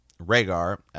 Rhaegar